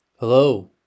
Hello